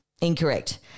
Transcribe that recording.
incorrect